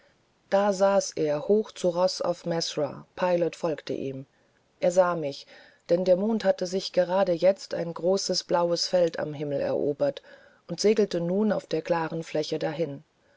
da saß er hoch zu roß auf mesrour pilot folgte ihm er sah mich denn der mond hatte sich jetzt gerade ein großes blaues feld am himmel erobert und segelte nun auf der klaren fläche dahin